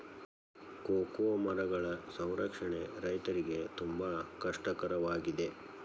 cocoa ಮರಗಳ ಸಂರಕ್ಷಣೆ ರೈತರಿಗೆ ತುಂಬಾ ಕಷ್ಟ ಕರವಾಗಿದೆ